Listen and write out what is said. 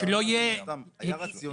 היה רציונל.